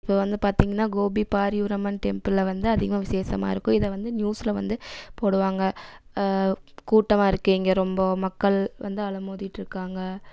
இப்போ வந்து பார்த்திங்ன்னா கோபி பாரியூரம்மன் டெம்பிளில் வந்து அதிகம் விசேஷமாக இருக்கும் இதை வந்து நியூஸில் வந்து போடுவாங்க கூட்டமாக இருக்கு இங்கே ரொம்ப மக்கள் வந்து அலை மோதிட்டிருக்காங்க